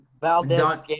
Valdez